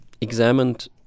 examined